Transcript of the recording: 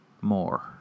more